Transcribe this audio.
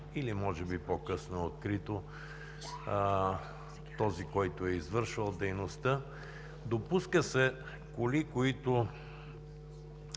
или може би по-късно е открит този, който е извършвал дейността. Допускат се коли, които